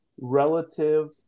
relative